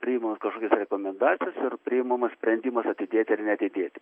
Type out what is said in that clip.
priimamos kažkokios rekomendacijos ir priimamas sprendimas atidėti ar neatidėti